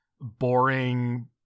boring